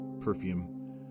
Perfume